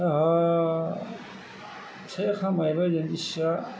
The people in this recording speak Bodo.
दा फिसाया खामायहैबाय ओजों बिसिआ